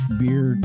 beer